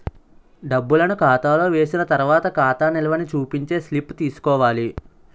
డబ్బులను ఖాతాలో వేసిన తర్వాత ఖాతా నిల్వని చూపించే స్లిప్ తీసుకోవాలి